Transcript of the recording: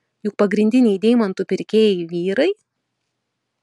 juk pagrindiniai deimantų pirkėjai vyrai